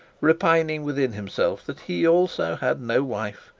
repining within himself that he also had no wife,